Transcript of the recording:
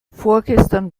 vorgestern